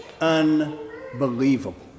unbelievable